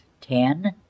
ten